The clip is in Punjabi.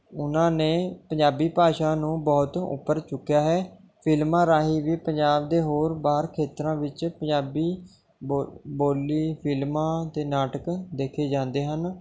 ਉਨ੍ਹਾਂ ਨੇ ਪੰਜਾਬੀ ਭਾਸ਼ਾ ਨੂੰ ਬਹੁਤ ਉੱਪਰ ਚੁੱਕਿਆ ਹੈ ਫਿਲਮਾਂ ਰਾਹੀ ਵੀ ਪੰਜਾਬ ਦੇ ਹੋਰ ਬਾਹਰ ਖੇਤਰਾਂ ਵਿੱਚ ਪੰਜਾਬੀ ਬੋਲੀ ਬੋਲੀ ਫਿਲਮਾਂ ਅਤੇ ਨਾਟਕ ਦੇਖੇ ਜਾਂਦੇ ਹਨ